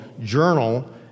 journal